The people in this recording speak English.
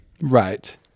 Right